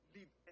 Leave